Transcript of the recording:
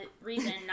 reason